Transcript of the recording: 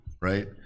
right